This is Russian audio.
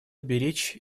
беречь